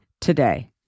today